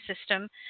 system